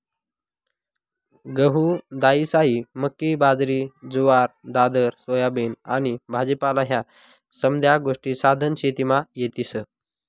गहू, दायीसायी, मक्की, बाजरी, जुवार, दादर, सोयाबीन आनी भाजीपाला ह्या समद्या गोष्टी सधन शेतीमा येतीस